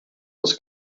els